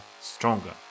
stronger